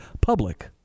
public